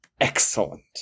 excellent